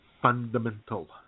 Fundamental